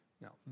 Now